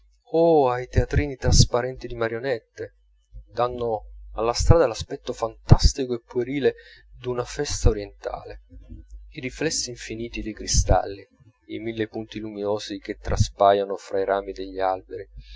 o a teatrini trasparenti di marionette danno alla strada l'aspetto fantastico e puerile d'una festa orientale i riflessi infiniti dei cristalli i mille punti luminosi che traspaiono fra i rami degli alberi